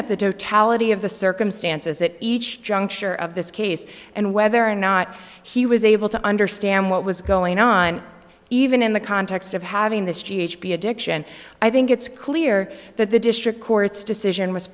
totality of the circumstances that each juncture of this case and whether or not he was able to understand what was going on even in the context of having this g h be addiction i think it's clear that the district court's decision was